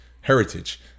Heritage